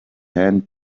hand